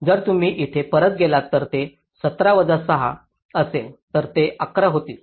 जर तुम्ही इथे परत गेलात तर ते 17 वजा 6 असेल तर ते 11 होतील